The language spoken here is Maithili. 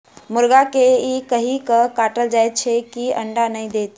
मुर्गा के ई कहि क काटल जाइत छै जे ई अंडा नै दैत छै